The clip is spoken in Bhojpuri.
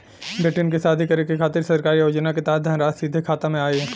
बेटियन के शादी करे के खातिर सरकारी योजना के तहत धनराशि सीधे खाता मे आई?